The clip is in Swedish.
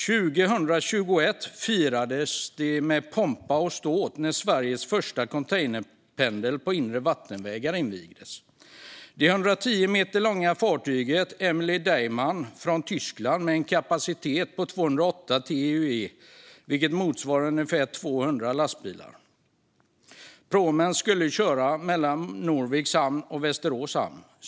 År 2021 firades det med pompa och ståt när Sveriges första containerpendel på inre vattenvägar invigdes, det 110 meter långa fartyget Emelie Deymann från Tyskland med en kapacitet på 208 TEU, vilket motsvarar ungefär 200 lastbilar. Pråmen skulle köra mellan Norviks hamn och Västerås hamn.